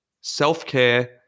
self-care